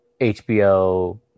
HBO